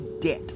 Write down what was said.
debt